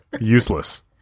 Useless